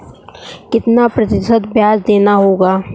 कितना प्रतिशत ब्याज देना होगा?